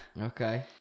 Okay